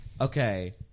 Okay